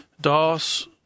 DOS